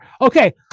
okay